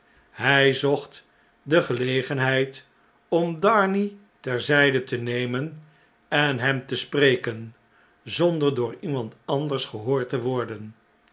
hjj zocht de gelegenheid om darnay ter zijde te nemen en hem te spreken zonder door iemand anders gehoord te worden